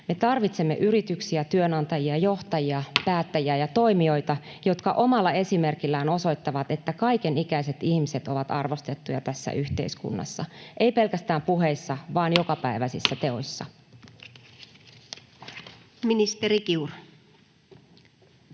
Me tarvitsemme yrityksiä, työnantajia, johtajia, päättäjiä ja toimijoita, jotka omalla esimerkillään osoittavat, että kaikenikäiset ihmiset ovat arvostettuja tässä yhteiskunnassa, eivät pelkästään puheissa vaan jokapäiväisissä teoissa. Menettelytavassa